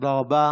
תודה רבה.